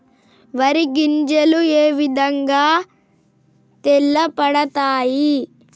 వరి గింజలు ఏ విధంగా తెల్ల పడతాయి?